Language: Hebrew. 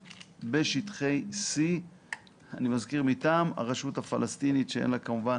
בשטחי C מטעם הרשות הפלסטינית שאין לה כמובן